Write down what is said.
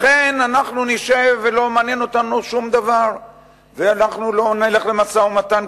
לכן אנחנו נשב ולא מעניין אותנו שום דבר ואנחנו לא נלך למשא-ומתן,